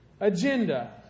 Agenda